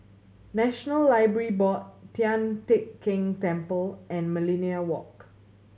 National Library Board Tian Teck Keng Temple and Millenia Walk